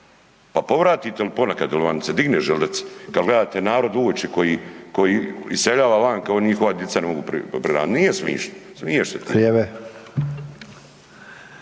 pa povratite li ponekad, jel vam se digne želudac kad gledate narod u oči koji iseljava vanka, njihova dica ne mogu prehraniti, nije smišno.